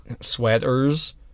Sweaters